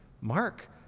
mark